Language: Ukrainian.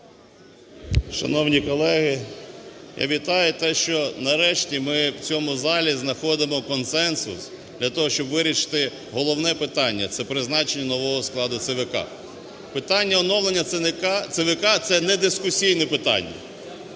Шановні колеги, я вітаю те, що нарешті ми в цьому залі знаходимо консенсус для того, щоб вирішити головне питання – це призначення нового складу ЦВК. Питання оновлення ЦВК – це недискусійне питання,